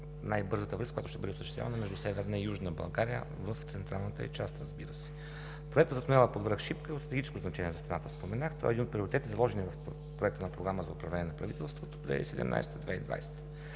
най-бързата връзка, която ще бъде осъществявана между Северна и Южна България в централната й част. Проектът за тунела под връх Шипка е от стратегическо значение за страната. Той е един от приоритетите, заложени в Проекта на програма за управление на правителството 2017 г.